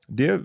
Det